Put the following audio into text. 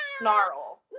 snarl